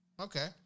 Okay